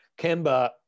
Kemba